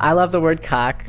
i love the word! cock.